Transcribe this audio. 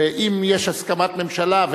ואם יש הסכמת הממשלה,